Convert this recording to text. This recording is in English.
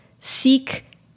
seek